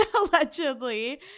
allegedly